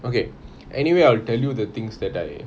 okay anyway I'll tell you the things that I